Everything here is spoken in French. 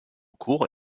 court